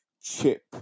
Chip